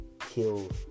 kill